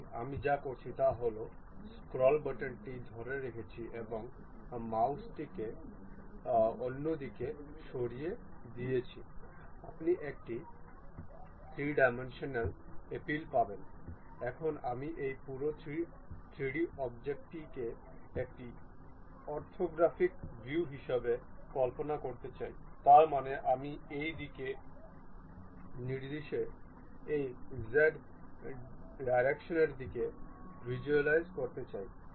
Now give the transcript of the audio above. সুতরাং প্রথম উইন্ডোটি দুটি প্লেনকে জিজ্ঞাসা করে যার জন্য কোণগুলি নির্দিষ্ট করতে হবে